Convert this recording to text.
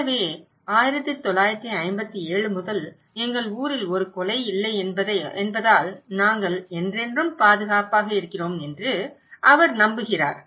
எனவே 1957 முதல் எங்கள் ஊரில் ஒரு கொலை இல்லை என்பதால் நாங்கள் என்றென்றும் பாதுகாப்பாக இருக்கிறோம் என்று அவர் நம்புகிறார்